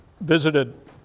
visited